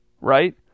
right